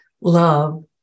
love